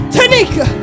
Tanika